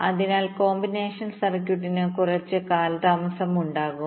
അതിനാൽ കോമ്പിനേഷണൽ സർക്യൂട്ടിന് കുറച്ച് കാലതാമസം ഉണ്ടാകും